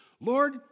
Lord